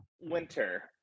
winter